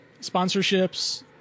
sponsorships